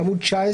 בעמוד 19